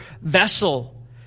vessel